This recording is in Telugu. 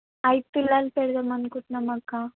ఐదు తులాలు పెడదామనుకుంటున్నాం అక్కా